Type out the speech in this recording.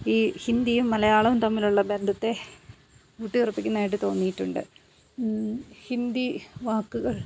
ഈ ഹിന്ദിയും മലയാളവും തമ്മിലുള്ള ബന്ധത്തെ കൂട്ടി ഉറപ്പികുന്നതിനായിട്ട് തോന്നിയിട്ടുണ്ട് ഹിന്ദി വാക്കുകൾ